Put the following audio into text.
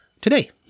today